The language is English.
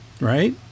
right